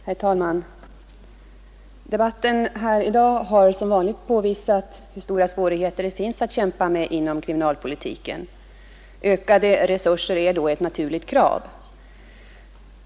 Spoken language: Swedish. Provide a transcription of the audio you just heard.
Herr talman! Debatten här i dag har som vanligt påvisat hur stora svårigheter det finns att kämpa med inom kriminalpolitiken. Ökade resurser är ett naturligt krav.